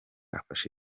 afashe